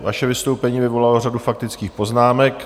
Vaše vystoupení vyvolalo řadu faktických poznámek.